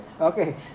Okay